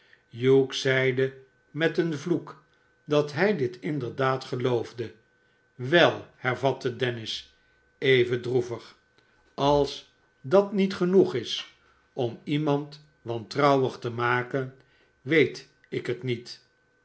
zeide met een vloek dat hij dit inderdaad geloofde we v hervatte dennis even droevig als dat niet genoeg is om iemand wantrouwig te maken weet ik het niet